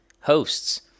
hosts